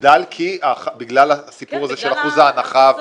יגדל בגלל הסיפור הזה של אחוז ההנחה.